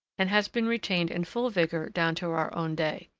and has been retained in full vigor down to our own day.